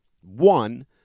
One